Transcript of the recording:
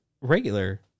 regular